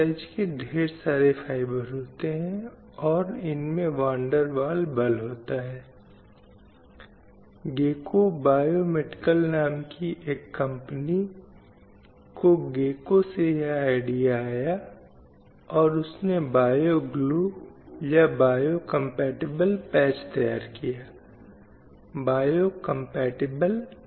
इसलिए हमारे पास भारतीय संविधान है जो समानता स्वतंत्रता और सामाजिक न्याय के सिद्धांतों को सुनिश्चित करता है इसलिए संविधान उस ढाँचे को निर्धारित करने की कोशिश करता है जिस पर लिंगों की समानता पर जोर दिया जा सकता है ताकि सभी प्रकार के भेदभावों को समाप्त किया जा सके महिलाओं को अवसर प्रदान किए जा सकें और यह सुनिश्चित करना कि उनके हित कानून द्वारा सुसंरक्षित हैं